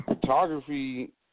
photography